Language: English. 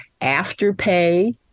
Afterpay